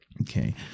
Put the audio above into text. Okay